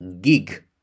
gig